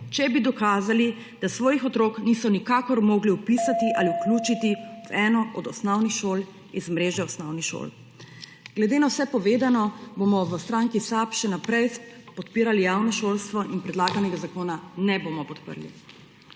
če bi dokazali, da svojih otrok niso nikakor mogli vpisati ali vključiti v eno od osnovnih šol iz mreže osnovnih šol. Glede na vse povedano, bomo v stranki SAB še naprej podpirali javno šolstvo in predlaganega zakona ne bomo podprli.